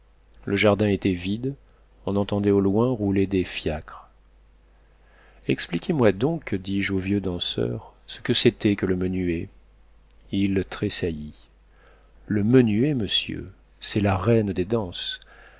le jardin était vide on entendait au loin rouler des fiacres expliquez-moi donc dis-je au vieux danseur ce que c'était que le menuet il tressaillit le menuet monsieur c'est la reine des danses